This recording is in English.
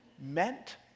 meant